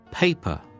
Paper